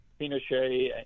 Pinochet